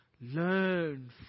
learn